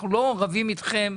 אנחנו לא רבים איתכם,